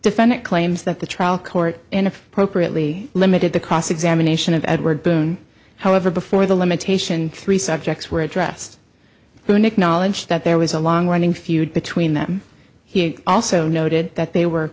defendant claims that the trial court in appropriately limited the cross examination of edward boone however before the limitation three subjects were addressed to him acknowledge that there was a long running feud between them he also noted that they were